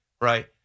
right